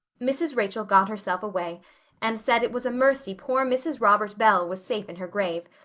mrs. rachel got herself away and said it was a mercy poor mrs. robert bell was safe in her grave,